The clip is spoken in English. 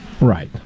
right